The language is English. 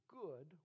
good